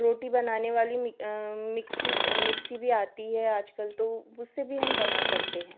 रोटी बनाने वाली mixie mixie भी आती है आजकल तो उससे भी हम बना सकते हैं